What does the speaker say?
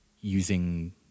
using